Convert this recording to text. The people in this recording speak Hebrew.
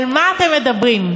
על מה אתם מדברים?